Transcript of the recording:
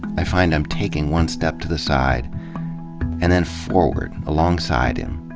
i find i'm taking one step to the side and then forward, alongside him,